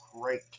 great